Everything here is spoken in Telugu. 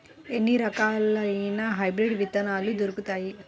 ఎన్ని రకాలయిన హైబ్రిడ్ విత్తనాలు దొరుకుతాయి?